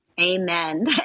Amen